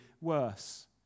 worse